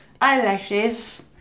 eyelashes